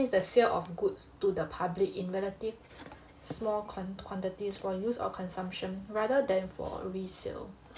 the sale of goods to the public in relative small quantities for use of consumption rather than for resale